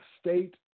state